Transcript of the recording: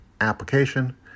application